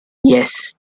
yes